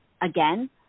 again